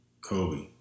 Kobe